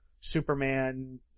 Superman